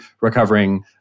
recovering